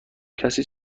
کسی